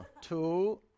two